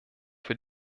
für